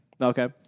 Okay